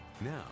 Now